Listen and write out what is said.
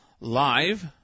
live